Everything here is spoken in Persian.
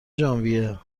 ژانویه